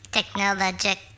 Technologic